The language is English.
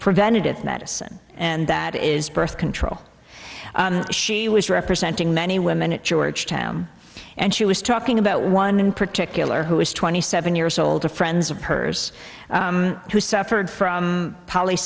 preventative medicine and that is birth control she was representing many women at georgetown and she was talking about one in particular who is twenty seven years old a friends of hers who suffered from poly